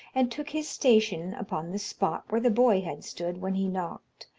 and took his station upon the spot where the boy had stood when he knocked,